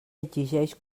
exigeix